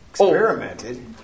Experimented